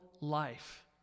life